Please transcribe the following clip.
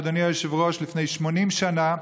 אדוני היושב-ראש, לפני 80 שנה,